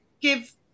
give